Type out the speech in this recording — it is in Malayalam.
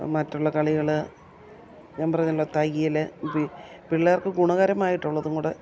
മറ്റുള്ള കളികൾ ഞാൻ പറഞ്ഞല്ലോ തയ്യൽ പിള്ളേർക്ക് ഗുണകരമായിട്ടുള്ളതും കൂടി